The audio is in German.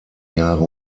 jahre